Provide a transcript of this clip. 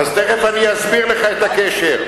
תיכף אני אסביר לך את הקשר.